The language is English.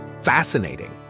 Fascinating